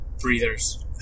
breathers